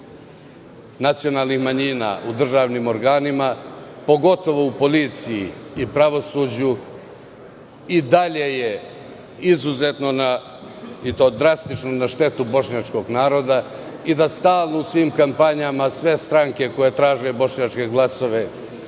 nacionalnih manjina u državnim organima, pogotovo u policiji i pravosuđu, je i dalje izuzetno drastično na štetu bošnjačkog naroda i da stalno u svim kampanjama sve stranke, koje traže bošnjačke glasove,